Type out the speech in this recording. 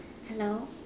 hello